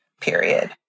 Period